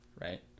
right